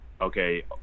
Okay